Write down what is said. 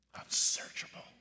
unsearchable